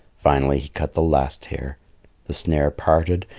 finally he cut the last hair the snare parted,